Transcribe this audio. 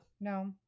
No